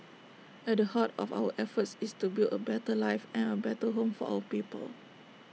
at the heart of our efforts is to build A better life and A better home for our people